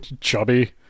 chubby